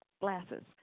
glasses